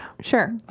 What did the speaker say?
Sure